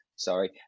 Sorry